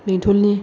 बेंथलनि